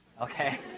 Okay